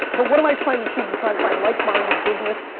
but what am i trying to achieve in trying to find like-minded business,